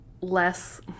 less